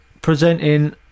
presenting